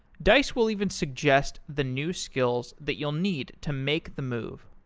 dice will even suggest the new skills that you'll need to make the move.